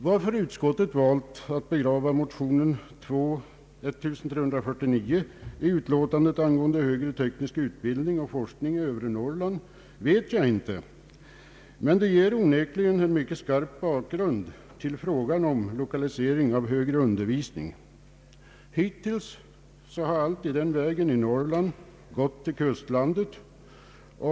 Varför utskottet valt att begrava motion II: 1349 i utlåtandet angående högre teknisk utbildning och forskning i övre Norrrland vet jag inte, men det ger onekligen en mycket skarp bakgrund till frågan om lokalisering av högre undervisning. Hittills har allt i den vägen i Norrland gått till kustlandet.